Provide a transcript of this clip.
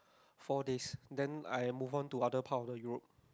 four days then I move on to other part of the Europe